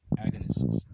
agonists